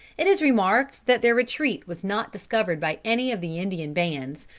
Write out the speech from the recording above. it is remarkable that their retreat was not discovered by any of the indian bands,